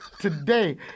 today